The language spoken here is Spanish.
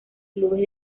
clubes